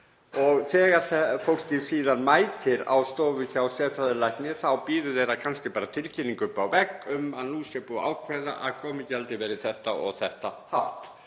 Þegar fólkið síðan mætir á stofu hjá sérfræðilækni þá bíður þeirra kannski bara tilkynning upp á vegg um að nú sé búið að ákveða að komugjaldið verði þetta og þetta hátt.